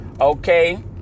okay